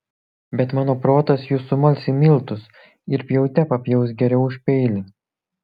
bet mano protas jus sumals į miltus ir pjaute papjaus geriau už peilį